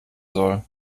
soll